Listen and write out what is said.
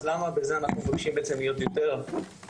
אז למה בזה אנחנו מבקשים בעצם להיות יותר חכמים,